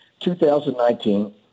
2019